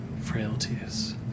frailties